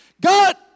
God